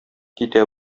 китә